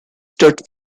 studs